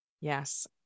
Yes